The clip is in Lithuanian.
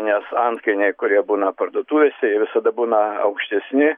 nes antkainiai kurie būna parduotuvėse jie visada būna aukštesni